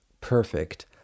perfect